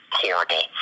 horrible